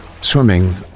Swimming